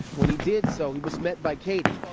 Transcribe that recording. when he did so, he was met by katie.